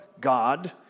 God